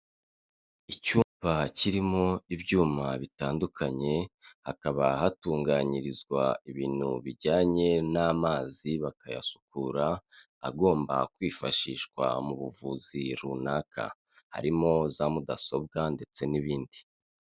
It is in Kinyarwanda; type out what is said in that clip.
Icyumba kirimo ibyuma bitandukanye, hakaba hatunganyirizwa ibintu bijyanye n'amazi bakayasukura, agomba kwifashishwa mu buvuzi runaka, harimo za mudasobwa ndetse n'ibindi.